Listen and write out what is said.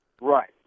Right